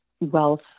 wealth